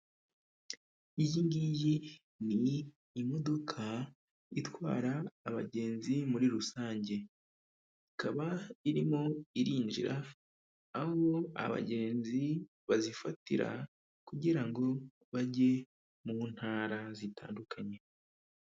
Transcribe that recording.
Iyi ngiyi ni imodoka itwara abagenzi muri rusange, ikaba irimo irinjira aho abagenzi bazifatira kugira ngo bajye mu ntara zitandukanye.